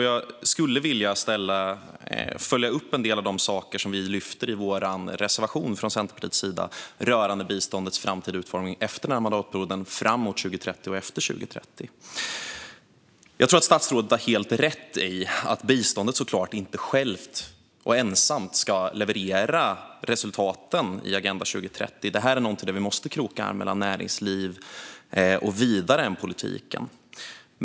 Jag skulle vilja följa upp en del av de saker vi från Centerpartiets sida lyfter i vår reservation rörande biståndets framtida utformning efter den här mandatperioden, fram mot 2030 och därefter. Jag tror att statsrådet har helt rätt i att biståndet inte ensamt ska leverera resultaten i Agenda 2030. Här måste politiken kroka arm med näringslivet och vidare.